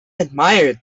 admired